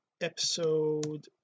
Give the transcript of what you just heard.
episode